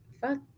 Fuck